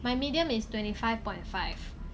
my medium is twenty five point five